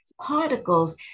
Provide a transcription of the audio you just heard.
particles